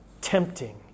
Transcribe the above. tempting